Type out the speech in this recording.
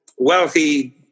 Wealthy